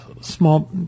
small